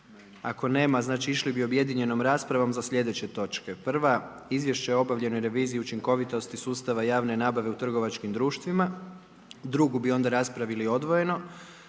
Ako nema znači išli bi objedinjenom raspravom za sljedeće točke: 1. Izvješće o obavljenoj reviziji učinkovitosti sustava javne nabave u trgovačkim društvima, Drugu bi onda raspravili odvojeno.